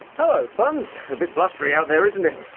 hello funns! bit blustery out there, isn't it?